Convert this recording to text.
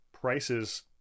prices